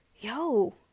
yo